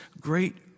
great